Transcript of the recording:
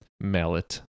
mallet